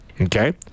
okay